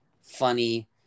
funny